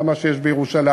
עם מה שיש בירושלים,